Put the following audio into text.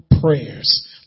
prayers